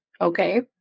Okay